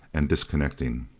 and disconnecting!